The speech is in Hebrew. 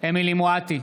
אמילי חיה מואטי,